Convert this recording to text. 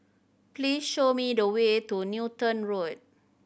please show me the way to Newton Road